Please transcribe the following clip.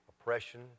oppression